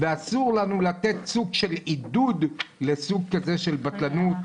ואסור לנו לעודד סוג כזה של בטלנות.